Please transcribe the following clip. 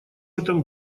этом